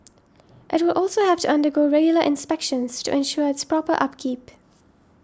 it will also have to undergo regular inspections to ensure its proper upkeep